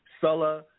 sulla